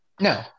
No